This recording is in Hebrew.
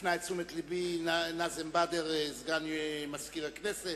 הפנה את תשומת לבי נאזם בדר, סגן מזכיר הכנסת,